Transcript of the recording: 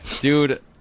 dude